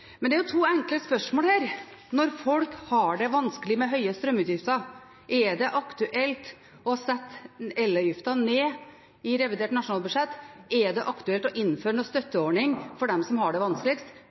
Men det er jo to enkle spørsmål her. Når folk har det vanskelig med store strømutgifter: Er det aktuelt å sette elavgiften ned i revidert nasjonalbudsjett? Er det aktuelt å innføre